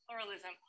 pluralism